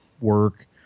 work